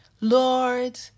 Lord